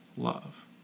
love